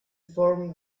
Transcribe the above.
formed